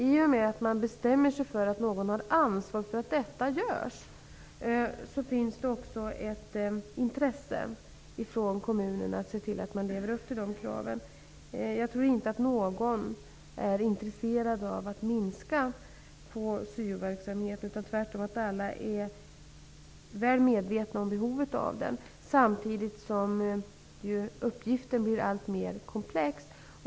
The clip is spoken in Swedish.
I och med att man bestämmer sig för att någon har ansvar för att detta görs finns det också ett intresse från kommunerna att se till att alla lever upp till kraven. Jag tror inte att någon är intresserad av att minska på syoverksamheten. Tvärtom är alla väl medvetna om behovet av den, samtidigt som uppgiften blir alltmer komplex.